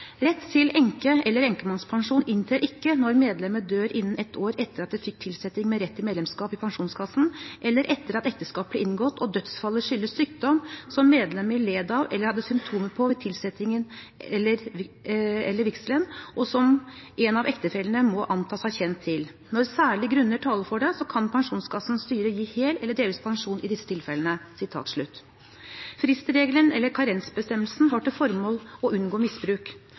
til enke- eller enkemannspensjon inntrer ikke når medlemmet dør innen ett år etter at det fikk tilsetting med rett til medlemskap i Pensjonskassen eller etter at ekteskap ble inngått, og dødsfallet skyldes sykdom som medlemmet led av eller hadde symptomer på ved tilsettingen eller vigselen, og som en av ektefellene må antas å ha kjent til. Når særlige grunner taler for det, kan Pensjonskassens styre gi hel eller delvis pensjon i disse tilfellene.» Fristregelen, eller karensbestemmelsen, har til formål å unngå misbruk.